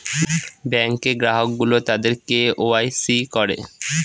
ব্যাঙ্কে গ্রাহক গুলো তাদের কে ওয়াই সি করে